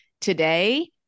today